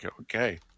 Okay